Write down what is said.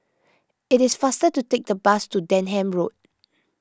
it is faster to take the bus to Denham Road